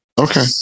okay